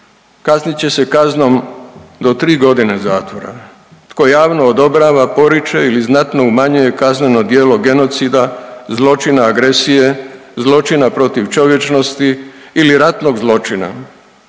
„Kaznit će se kaznom do tri godine zatvora tko javno odobrava, poriče ili znatno umanjuje kazneno djelo genocida, zločina, agresije, zločina protiv čovječnosti ili ratnog zločina